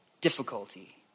difficulty